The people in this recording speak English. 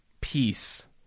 peace